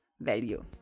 value